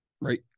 right